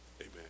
Amen